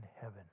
heaven